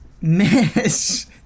Miss